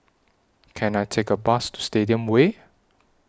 Can I Take A Bus to Stadium Way